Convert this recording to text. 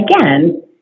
again